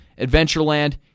adventureland